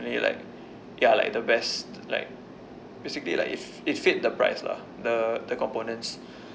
like ya like the best like basically like it it fit the price lah the the components